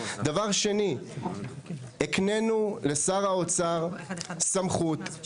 דבר שני: הקנינו לשר האוצר סמכות לתקן תקנות,